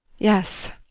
yes,